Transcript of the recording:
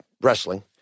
wrestling